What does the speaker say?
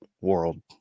world